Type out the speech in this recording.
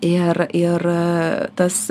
ir ir tas